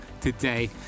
today